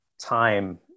time